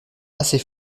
assez